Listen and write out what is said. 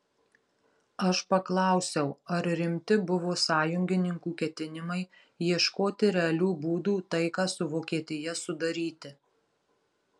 aš paklausiau ar rimti buvo sąjungininkų ketinimai ieškoti realių būdų taiką su vokietija sudaryti